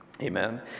Amen